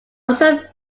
also